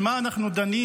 במה אנחנו דנים?